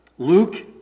Luke